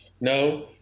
No